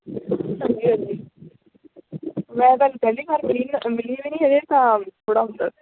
ਹਾਂਜੀ ਹਾਂਜੀ ਮੈਂ ਤੁਹਾਨੂੰ ਪਹਿਲੀ ਵਾਰ ਮਿਲੀ ਮਿਲੀ ਵੀ ਨਹੀਂ ਹਜੇ ਤਾਂ ਥੋੜ੍ਹਾ ਹੁੰਦਾ